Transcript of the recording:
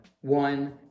one